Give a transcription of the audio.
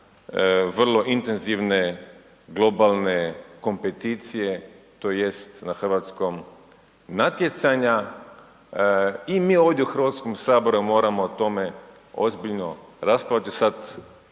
vrlo intenzivne globalne kompeticije tj. na hrvatskom natjecanja i mi ovdje u Hrvatskom saboru moramo o tome ozbiljno raspravljati. Sada,